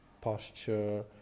posture